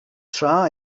tra